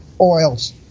oils